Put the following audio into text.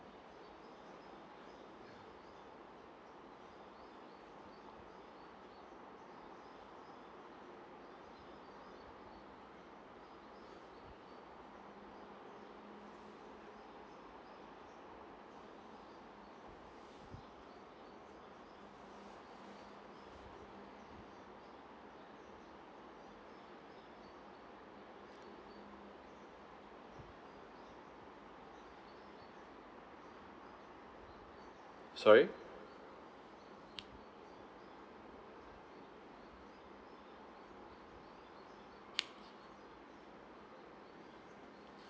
sorry